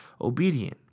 obedient